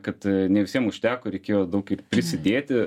kad ne visiem užteko reikėjo daug ir prisidėti